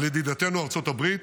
על ידידתנו ארצות הברית.